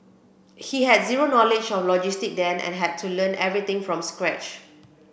he had zero knowledge of logistics then and had to learn everything from scratch